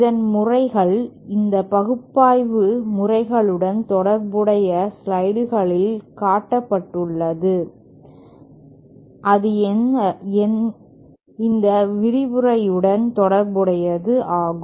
இதன் முறைகள் இந்த பகுப்பாய்வு முறைகளுடன் தொடர்புடைய ஸ்லைடுகளில் காட்டப்பட்டுள்ளது அது இந்த விரிவுரையுடன் தொடர்புடையது ஆகும்